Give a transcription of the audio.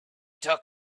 took